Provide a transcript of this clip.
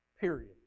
Period